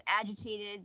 agitated